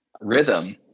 rhythm